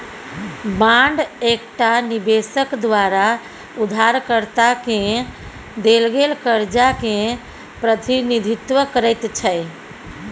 bond एकटा निबेशक द्वारा उधारकर्ता केँ देल गेल करजा केँ प्रतिनिधित्व करैत छै